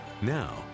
Now